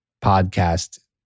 podcast